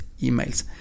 emails